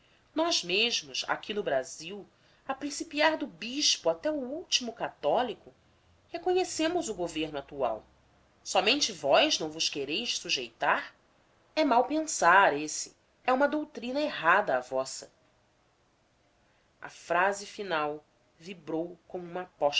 nós mesmos aqui no brasil a principiar do bispo até o último católico reconhecemos o governo atual somente vós não vos quereis sujeitar é mau pensar esse é uma doutrina errada a vossa a frase final vibrou como uma